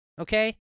okay